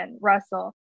Russell